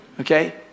Okay